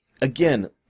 again